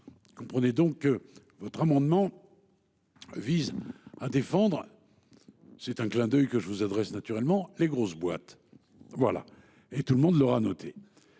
Comprenez donc. Votre amendement. Vise à défendre. C'est un clin d'oeil que je vous adresse naturellement les grosses boîtes. Voilà et tout le monde l'aura noté.